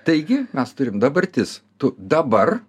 taigi mes turim dabartis tu dabar